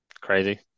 crazy